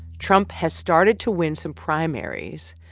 trump has started to win some primaries,